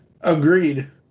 Agreed